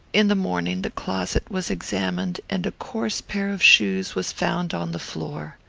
in the morning the closet was examined, and a coarse pair of shoes was found on the floor.